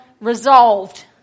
resolved